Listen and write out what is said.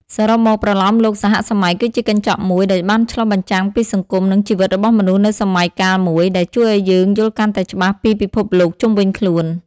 សរុបមក ប្រលោមលោកសហសម័យគឺជាកញ្ចក់មួយដែលបានឆ្លុះបញ្ចាំងពីសង្គម និងជីវិតរបស់មនុស្សនៅសម័យកាលមួយ ដែលជួយឲ្យយើងយល់កាន់តែច្បាស់ពីពិភពលោកជុំវិញខ្លួន។